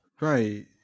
Right